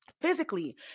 Physically